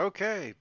Okay